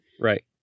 right